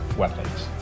weapons